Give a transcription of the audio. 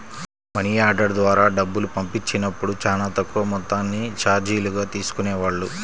money order ద్వారా డబ్బులు పంపించినప్పుడు చానా తక్కువ మొత్తాన్ని చార్జీలుగా తీసుకునేవాళ్ళు